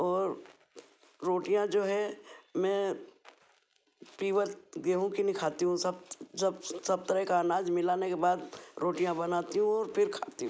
और रोटियाँ जो है मैं पीवर गेहूँ की नहीं खाती हूँ सब सब सब तरह का अनाज मिलाने के बाद रोटियाँ बनाती हूँ और फिर खाती हूँ